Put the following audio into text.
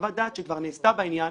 חוות דעת שכבר נעשתה בעניין,